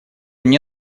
мне